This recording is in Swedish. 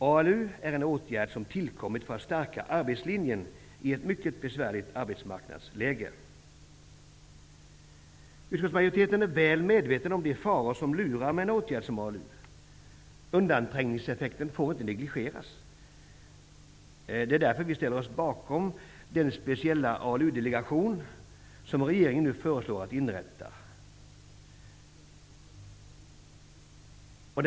ALU är den åtgärd som har tillkommit för att stärka arbetslinjen i ett mycket besvärligt arbetsmarknadsläge. Utskottsmajoriteten är väl medveten om de faror som lurar med en åtgärd som ALU. Undanträngningseffekten får inte negligeras. Det är därför vi ställer oss bakom regeringens förslag om inrättande av en speciell ALU-delegation.